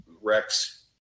Rex